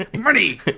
Money